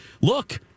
Look